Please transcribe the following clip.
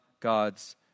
God's